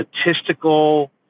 statistical